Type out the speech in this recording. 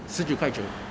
十九块九